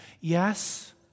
Yes